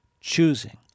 choosing